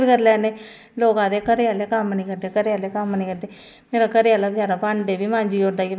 ओह्कड़े पैसे बी नी पूरे होंदे केंई बारी अस अपनी फसल जियां आलू पिछलै साल बी असै बोआई ओड़े हे